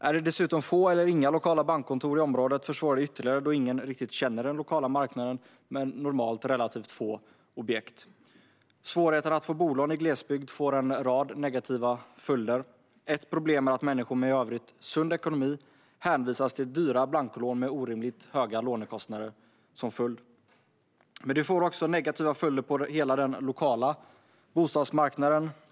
Är det dessutom få eller inga lokala bankkontor i området försvårar det ytterligare, då ingen riktigt känner till den lokala marknaden med normalt relativt få objekt. Svårigheten att få bolån i glesbygd får en rad negativa följder. Ett problem är att människor med i övrigt sund ekonomi hänvisas till dyra blankolån med orimligt höga lånekostnader som följd. Men det får också negativa följder på hela den lokala bostadsmarknaden.